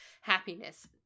happiness